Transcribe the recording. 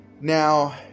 Now